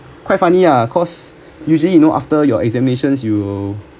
quite funny ah because usually you know after your examinations you